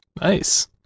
nice